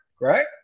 right